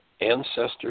ancestors